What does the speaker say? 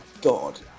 god